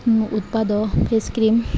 ଉତ୍ପାଦ face cream